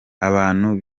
abantu